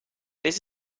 this